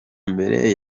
mbere